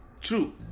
true